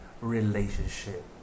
relationship